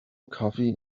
cafe